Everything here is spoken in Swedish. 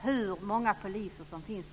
hur många poliser som finns.